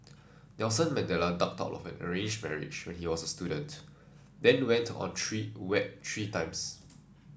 Nelson Mandela ducked out of an arranged marriage when he was a student then went on three wed three times